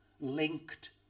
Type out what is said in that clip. linked